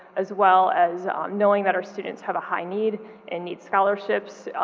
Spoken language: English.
as well as knowing that our students have a high need and need scholarships.